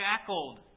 shackled